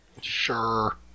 sure